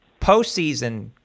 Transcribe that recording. postseason